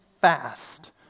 fast